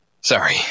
Sorry